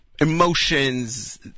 emotions